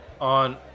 on